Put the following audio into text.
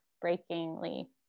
breakingly